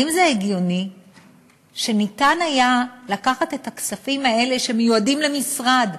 האם זה הגיוני שניתן היה לקחת את הכספים האלה שמיועדים למשרד,